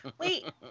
Wait